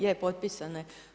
Je, potpisana je.